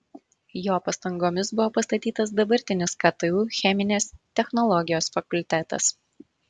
jo pastangomis buvo pastatytas dabartinis ktu cheminės technologijos fakultetas